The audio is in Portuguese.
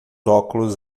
óculos